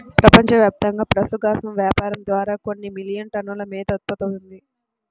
ప్రపంచవ్యాప్తంగా పశుగ్రాసం వ్యాపారం ద్వారా కొన్ని మిలియన్ టన్నుల మేత ఉత్పత్తవుతుంది